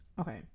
okay